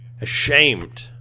ashamed